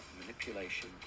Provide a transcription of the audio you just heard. manipulation